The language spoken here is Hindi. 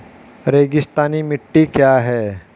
रेगिस्तानी मिट्टी क्या है?